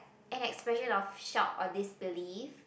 an expression of shock or disbelief